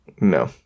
No